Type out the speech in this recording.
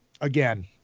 again